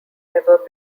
ever